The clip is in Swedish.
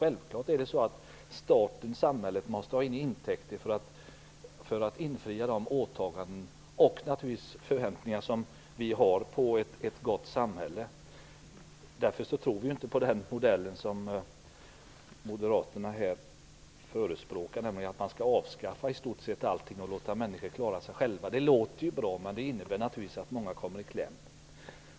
Självklart måste staten, samhället, ha intäkter för att infria de åtaganden och förväntningar som vi naturligtvis har på ett gott samhälle. Därför tror vi inte på den modell som moderaterna förespråkar, nämligen att man skall avskaffa i stort sett allting och låta människor klara sig själva. Det låter bra, men det innebär att många kommer i kläm.